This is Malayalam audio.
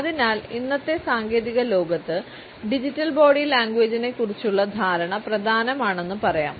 അതിനാൽ ഇന്നത്തെ സാങ്കേതിക ലോകത്ത് ഡിജിറ്റൽ ബോഡി ലാംഗ്വേജിനെക്കുറിച്ചുള്ള ധാരണ പ്രധാനമാണെന്ന് പറയാം